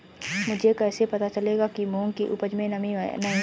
मुझे कैसे पता चलेगा कि मूंग की उपज में नमी नहीं है?